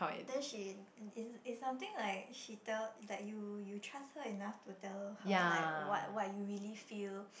then she is is something like she tell like you you trust her enough to tell her like what what you really feel